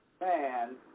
man